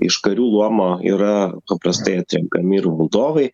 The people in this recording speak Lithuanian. iš karių luomo yra paprastai atrenkami ir valdovai